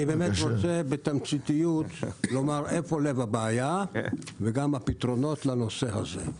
אני רוצה בתמצית לומר איפה לב הבעיה ומה הפתרונות לנושא הזה.